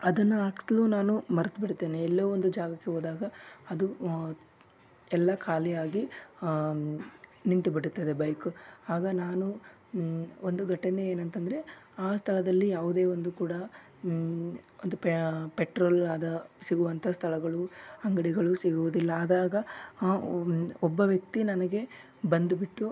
ಅದನ್ನು ಹಾಕಿಸ್ಲು ನಾನು ಮರ್ತು ಬಿಡ್ತೇನೆ ಎಲ್ಲೋ ಒಂದು ಜಾಗಕ್ಕೆ ಹೋದಾಗ ಅದು ಎಲ್ಲ ಖಾಲಿಯಾಗಿ ನಿಂತು ಬಿಡುತ್ತದೆ ಬೈಕು ಆಗ ನಾನು ಒಂದು ಘಟನೆ ಏನಂತಂದರೆ ಆ ಸ್ಥಳದಲ್ಲಿ ಯಾವುದೇ ಒಂದು ಕೂಡ ಒಂದು ಪೆಟ್ರೋಲ್ ಅದು ಸಿಗುವಂಥ ಸ್ಥಳಗಳು ಅಂಗಡಿಗಳು ಸಿಗುವುದಿಲ್ಲ ಆದಾಗ ಒಬ್ಬ ವ್ಯಕ್ತಿ ನನಗೆ ಬಂದುಬಿಟ್ಟು